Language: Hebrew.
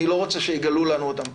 אני לא רוצה שיגלו לנו אותם,